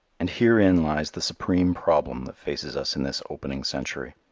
and herein lies the supreme problem that faces us in this opening century.